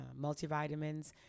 multivitamins